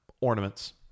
ornaments